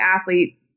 athlete